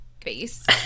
face